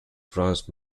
bronze